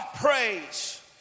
praise